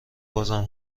بازم